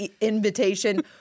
invitation